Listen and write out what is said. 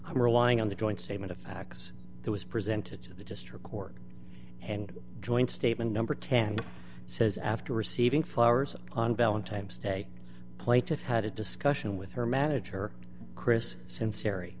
i'm relying on the joint statement of facts that was presented to the district court and joint statement number ten says after receiving flowers on valentine's day plaintiff had a discussion with her manager chris since terry